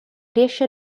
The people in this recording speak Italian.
riesce